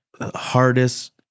hardest